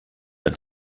ein